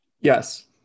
Yes